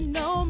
no